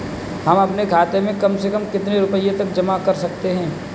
हम अपने खाते में कम से कम कितने रुपये तक जमा कर सकते हैं?